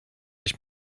ich